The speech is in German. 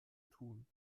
tun